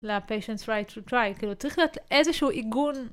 Patients right to try, צריך להיות איזה שהוא עיגון.